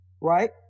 right